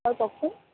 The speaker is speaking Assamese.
হয় কওকচোন